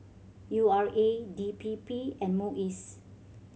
U R A D P P and MUIS